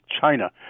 China